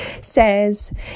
says